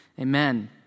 Amen